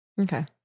Okay